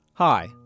Hi